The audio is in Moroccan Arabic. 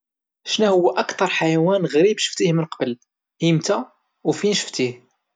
شنوهوا اكثر حيوان غريب شفتيه من قبل، ايمتا وفين شفتيه؟